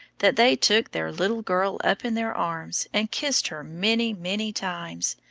that they took their little girl up in their arms and kissed her many, many times,